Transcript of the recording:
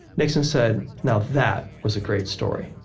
nixon said, now that was a great story.